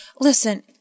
Listen